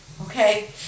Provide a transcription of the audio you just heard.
okay